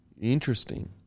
Interesting